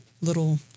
little